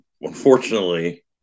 unfortunately